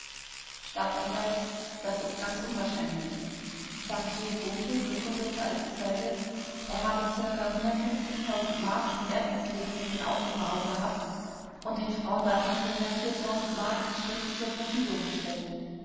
staatsanw das ist ganz unwahrscheinlich bankier gumpel bekundete als zeuge er habe ca m in wertpapieren in aufbewahrung gehabt und den frauen davon ca m stets zur verfügung gestellt